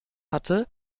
hatte